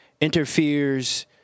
Interferes